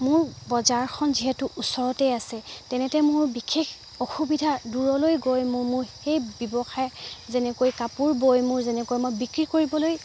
মোৰ বজাৰখন যিহেতু ওচৰতে আছে তেনেতে মোৰ বিশেষ অসুবিধা দূৰলৈ গৈ মোৰ মোৰ সেই ব্যৱসায় যেনেকৈ কাপোৰ বৈ মোৰ যেনেকৈ মই বিক্ৰী কৰিবলৈ